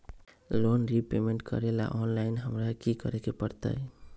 Loan repayment करेला online हमरा की करे के परतई?